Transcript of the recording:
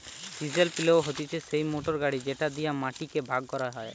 chisel পিলও হতিছে সেই মোটর গাড়ি যেটি দিয়া মাটি কে ভাগ করা হয়